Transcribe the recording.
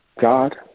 God